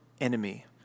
enemy